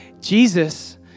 Jesus